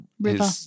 River